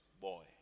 boy